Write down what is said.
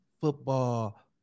football